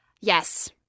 Yes